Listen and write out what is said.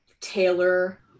Taylor